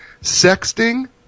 sexting